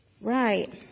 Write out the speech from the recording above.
Right